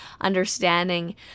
understanding